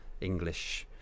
English